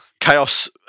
chaos